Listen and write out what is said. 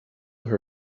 her